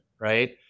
right